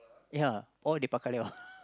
ya all they bao ka liao